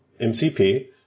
MCP